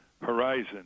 horizon